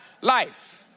life